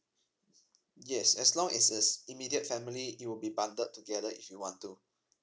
yes as long it is immediate family you'll be bundled together if you want to